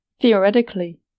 Theoretically